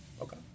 Okay